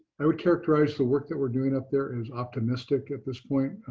i would characterize the work that we're doing up there as optimistic at this point.